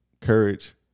Courage